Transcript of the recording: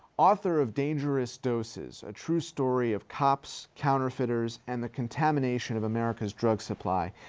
author of dangerous doses a true story of cops, counterfeiters, and the contamination of america's drug supply,